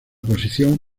posición